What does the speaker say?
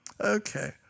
Okay